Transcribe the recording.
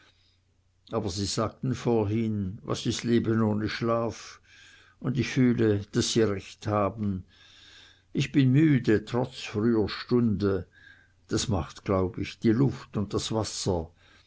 aber sie sagten vorhin was ist leben ohne schlaf und ich fühle daß sie recht haben ich bin müde trotz früher stunde das macht glaub ich die luft und das wasser